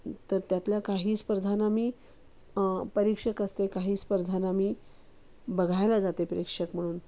तर त्यातल्या काही स्पर्धांना मी परीक्षक असते काही स्पर्धांना मी बघायला जाते परीक्षक म्हणून